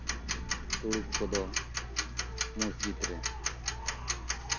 ᱛᱩᱲᱩᱠ ᱠᱚᱫᱚ ᱢᱚᱥᱡᱤᱫᱽ ᱨᱮ